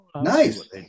nice